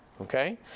okay